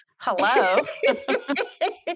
Hello